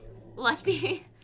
Lefty